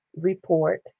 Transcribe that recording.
report